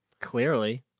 clearly